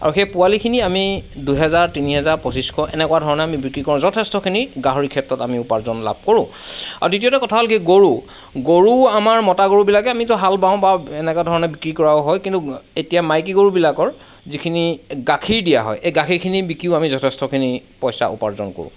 আৰু সেই পোৱালিখিনি আমি দুহেজাৰ তিনিহেজাৰ পঁচিছশ এনেকুৱা ধৰণে আমি বিক্ৰী কৰো যথেষ্টখিনি গাহৰি ক্ষেত্ৰত আমি উপাৰ্জন লাভ কৰো আৰু দ্বিতীয়টো কথা হ'ল কি গৰু গৰু আমাৰ মতা গৰুবিলাকে আমিতো হাল বাও বা এনকুৱা ধৰণে বিক্ৰী কৰাও হয় কিন্তু এতিয়া মাইকী গৰুবিলাকৰ যিখিনি গাখীৰ দিয়া হয় এই গাখীৰখিনি বিকিও আমি যথেষ্টখিনি পইচা উপাৰ্জন কৰোঁ